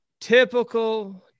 Typical